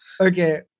okay